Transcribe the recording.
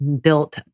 built